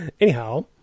Anyhow